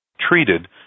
treated